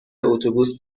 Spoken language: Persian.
اتوبوس